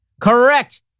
Correct